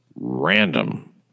random